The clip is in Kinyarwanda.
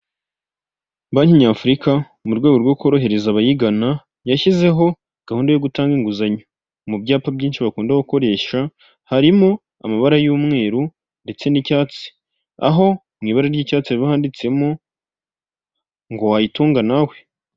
Banki nyafurika mu rwego rwo korohereza abayigana, yashyizeho gahunda yo gutanga inguzanyo, mu byapa byinshi bakunda gukoresha harimo amabara y'umweru ndetse n'icyatsi, aho mu ibara ry'icyatsi haba handitsemo ngo: "wayitunga nawe".